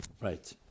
Right